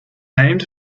named